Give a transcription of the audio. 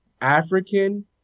African